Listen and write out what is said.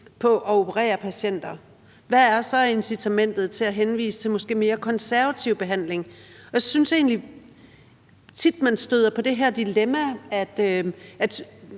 på at operere patienter, hvad er måske så incitamentet til at henvise til en mere konservativ behandling? Jeg synes egentlig tit, man støder på det dilemma i